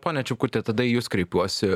pone čiukute tada į jus kreipiuosi